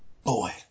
Boy